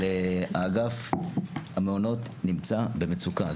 אגף המעונות נמצא במצוקה.